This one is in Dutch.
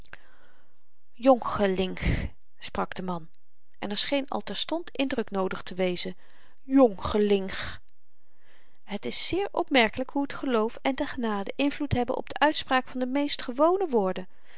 jonchelinch sprak de man en er scheen al terstond indruk noodig te wezen jonchelinch het is zeer opmerkelyk hoe t geloof en de genade invloed hebben op de uitspraak van de meest gewone woorden